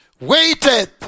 Waited